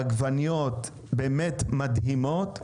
העגבניות באמת מדהימות,